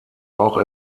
auch